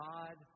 God